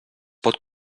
pot